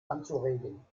anzuregen